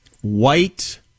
white